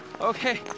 okay